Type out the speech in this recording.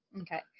Okay